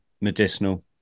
medicinal